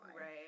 right